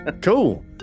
Cool